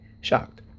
shocked